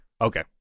Okay